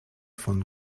von